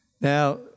Now